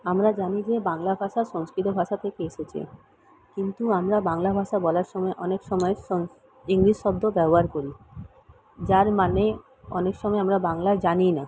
আমরা জানি যে বাংলা ভাষা সংস্কৃত ভাষা থেকে এসেছে কিন্তু আমরা বাংলা ভাষা বলার সময় অনেক সময় সং ইংলিশ শব্দ ব্যবহার করি যার মানে অনেক সময় আমরা বাংলায় জানি না